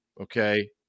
Okay